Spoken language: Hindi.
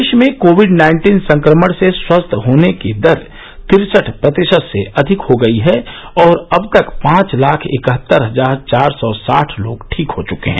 देश में कोविड नाइन्टीन संक्रमण से स्वस्थ होने की दर तिरसठ प्रतिशत से अधिक हो गई है और अब तक पांच लाख इकहत्तर हजार चार सौ साठ लोग ठीक हो चुके हैं